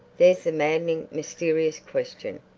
there's the maddening, mysterious question.